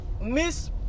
Miss